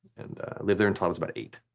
and i lived there until i was about eight.